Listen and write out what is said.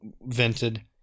vented